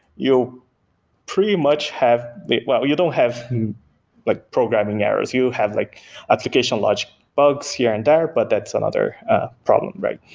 you pretty much have well you don't have like programming errors. you have like application logic bugs here and there but that is another problem right?